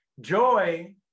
Joy